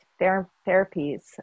therapies